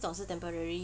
这种是 temporary